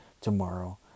tomorrow